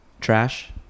trash